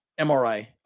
MRI